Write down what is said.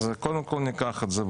אז קודם כל ניקח את זה.